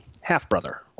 half-brother